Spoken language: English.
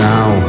Now